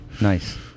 Nice